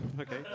Okay